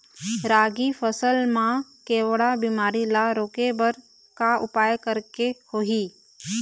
रागी फसल मा केवड़ा बीमारी ला रोके बर का उपाय करेक होही?